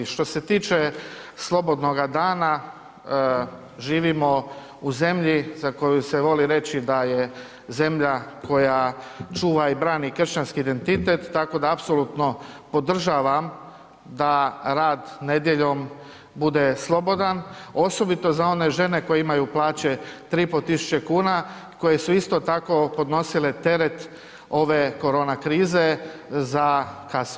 Što se tiče slobodnoga dana živimo u zemlji za koju se voli reći da je zemlja koja čuva i brani kršćanski identitet tako da apsolutno podržavam da rad nedjeljom bude slobodan osobito za one žene koje imaju plaće 3.500 kuna koje su isto tako podnosile teret ove korona krize za kasun.